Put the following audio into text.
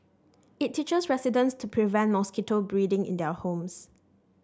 it teaches residents to prevent mosquito breeding in their homes